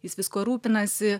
jis viskuo rūpinasi